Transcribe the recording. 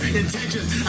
intentions